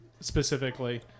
specifically